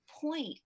point